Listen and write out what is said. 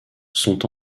sont